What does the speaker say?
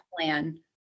plan